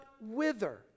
wither